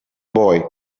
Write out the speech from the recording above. boy